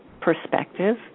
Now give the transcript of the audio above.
perspective